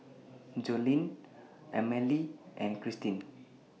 Joline Emmalee and Krystin